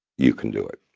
you can do it.